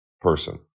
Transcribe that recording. person